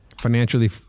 Financially